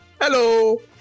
Hello